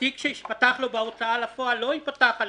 התיק שייפתח לו בהוצאה לפועל לא ייפתח על